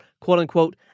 quote-unquote